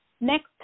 next